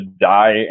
die